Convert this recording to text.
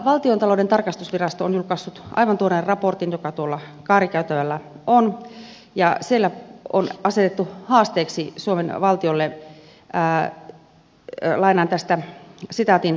valtiontalouden tarkastusvirasto on julkaissut aivan tuoreen raportin joka tuolla kaarikäytävällä on ja siellä on asetettu haasteeksi suomen valtiolle lainaan tästä sitaatin